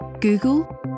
Google